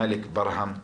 מאלכ ברהאם,